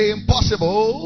impossible